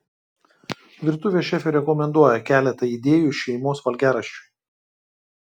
virtuvės šefė rekomenduoja keletą idėjų šeimos valgiaraščiui